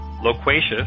loquacious